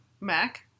Mac